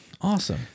awesome